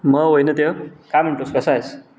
मग वैनेत्य काय म्हणतो आहेस कसा आहेस